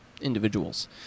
individuals